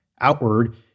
outward